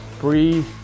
Breathe